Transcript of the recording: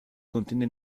contiene